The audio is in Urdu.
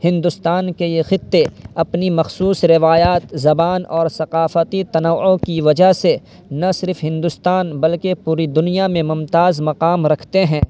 ہندوستان کے یہ خطے اپنی مخصوص روایات زبان اور ثقافتی تنوع کی وجہ سے نہ صرف ہندوستان بلکہ پوری دنیا میں ممتاز مقام رکھتے ہیں